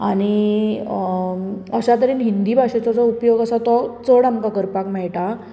आनी अ अश्या तरेन हिंदी भाशेचो जो उपयोग आसा तो चड आमकां करपाक मेळटा